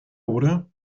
oder